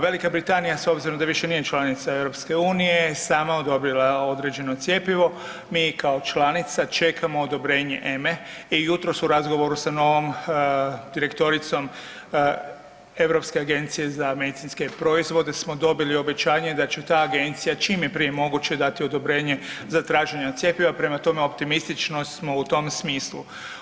Velika Britanija, s obzirom da više nije članica EU sama je odobrila određeno cjepivo, mi kao članica čekamo odobrenje EMA-e i jutros u razgovorom sa novom direktoricom Europske agencije za medicinske proizvode smo dobili obećanje da će ta agencija čim je prije moguće dati odobrenje za traženje cjepiva, prema tome, optimistično smo u tom smislu.